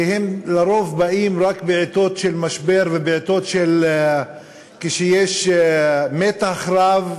שלרוב הם באים רק בעתות משבר וכשיש מתח רב,